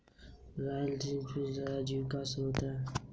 royalty भी कर राजस्व का स्रोत है